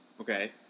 Okay